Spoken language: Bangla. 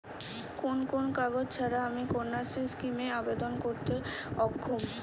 কোন কোন কাগজ ছাড়া আমি কন্যাশ্রী স্কিমে আবেদন করতে অক্ষম?